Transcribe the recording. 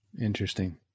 Interesting